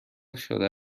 شده